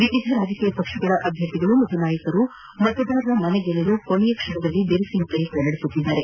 ವಿವಿಧ ರಾಜಕೀಯ ಪಕ್ಷಗಳ ಅಭ್ಯರ್ಥಿಗಳು ಮತ್ತು ನಾಯಕರು ಮತದಾರರ ಮನ ಗೆಲ್ಲಲ್ಲು ಕೊನೆಯ ಕ್ಷಣದ ಬಿರುಸಿನ ಪ್ರಯತ್ನ ನಡೆಸಿದ್ದಾರೆ